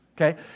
okay